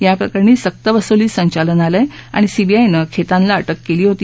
याप्रकरणी सक्तवसुली संचालनालय आणि सीबीआयनं खेतानला अटक केली होती